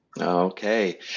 Okay